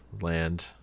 land